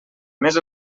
més